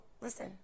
Listen